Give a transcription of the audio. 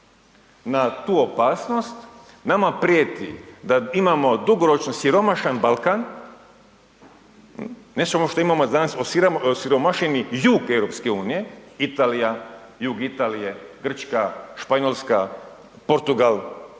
na tu opasnost, nama prijeti da imamo dugoročno siromašan Balkan, ne samo što imamo danas osiromašeni jug EU, Italija, jug Italije, Grčka, Španjolska, Portugal